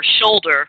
shoulder